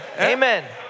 Amen